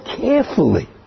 carefully